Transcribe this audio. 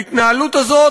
ההתנהלות הזאת